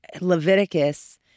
Leviticus